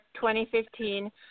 2015